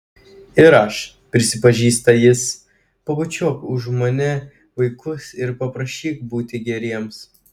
ir aš prisipažįsta jis pabučiuok už mane vaikus ir paprašyk būti geriems